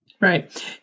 Right